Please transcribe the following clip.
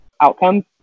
outcomes